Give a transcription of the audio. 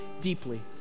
deeply